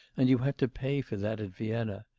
and you had to pay for that at vienna.